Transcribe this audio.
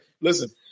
listen